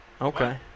Okay